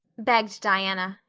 begged diana.